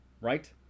right